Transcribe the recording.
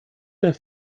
der